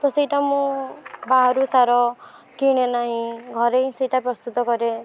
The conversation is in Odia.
ତ ସେଇଟା ମୁଁ ବାହାରୁ ସାର କିଣେ ନାହିଁ ଘରେ ହିଁ ସେଇଟା ପ୍ରସ୍ତୁତ କରେ